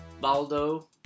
Baldo